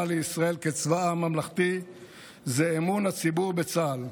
לישראל כצבא עם ממלכתי זה אמון הציבור בצה"ל.